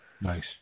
Nice